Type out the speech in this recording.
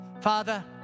Father